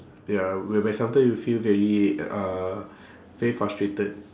ya whereby sometime you feel very uh very frustrated